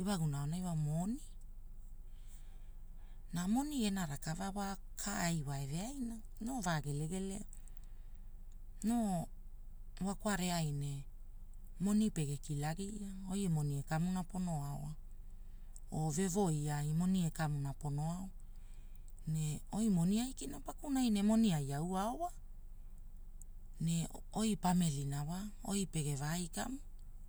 Iwaguna aonai wa moni. Na moni gena rakava wa ka ai wai eveaina, noo vagelegele, noo, wa kwareai ne. Moni pege kilagia, oi emoni ekamuna pono aoa, oo vewoi ai moni ekamuna pono aoa, ne oi moni aikina pakunai ne moni ai au ao wa. Ne oi pamilina wa, oi pegevea ikamu.